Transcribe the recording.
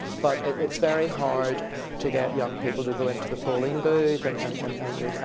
but it's very hard to get young people to go into the polling booth and and and and you know,